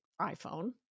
iPhone